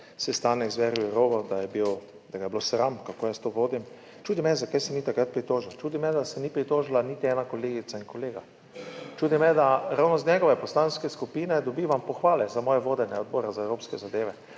da je bil, da ga je bilo sram, kako jaz to vodim. Čudi me, zakaj se ni takrat pritožil. Čudi me, da se ni pritožila niti ena kolegica in kolega. Čudi me, da ravno iz njegove poslanske skupine dobivam pohvale za moje vodenje Odbora za evropske zadeve,